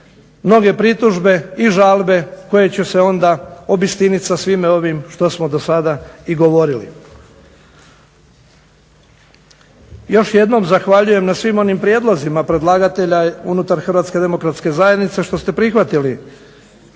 mnoge pritužbe i žalbe koje će se onda obistinit sa svime ovim što smo do sada i govorili. Još jednom zahvaljujem na svim onim prijedlozima predlagatelja unutar HDZ-a što ste prihvatili